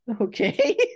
Okay